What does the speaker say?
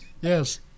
yes